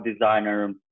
designer